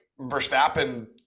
Verstappen